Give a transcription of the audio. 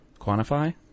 Quantify